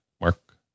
Mark